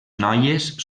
noies